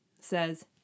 says